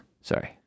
Sorry